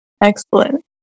excellent